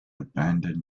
abandoned